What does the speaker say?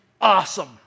awesome